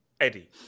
Eddie